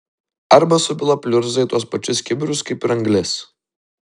arba supila pliurzą į tuos pačius kibirus kaip ir anglis